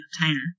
Entertainer